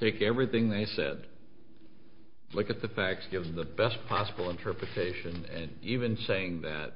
make everything they said look at the facts give the best possible interpretation even saying that